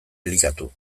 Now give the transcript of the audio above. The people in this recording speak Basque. elikatu